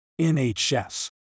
NHS